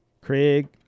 Craig